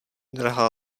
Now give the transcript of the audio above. drahá